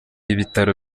ibitaro